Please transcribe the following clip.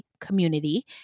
community